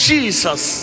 Jesus